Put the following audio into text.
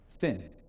sin